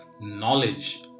knowledge